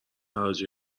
حراجی